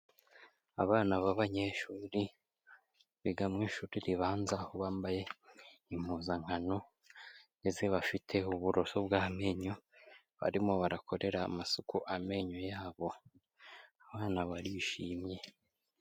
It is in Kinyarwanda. Abana b'abanyeshuri, biga mu ishuri ribanza, aho bambaye impuzankano, ndetse bafite uburoso bw'amenyo, barimo barakorera amasuku amenyo yabo. Abana barishimye.